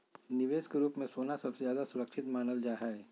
निवेश के रूप मे सोना सबसे ज्यादा सुरक्षित मानल जा हय